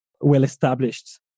well-established